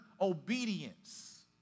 obedience